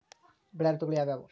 ಬೆಳೆ ಋತುಗಳು ಯಾವ್ಯಾವು?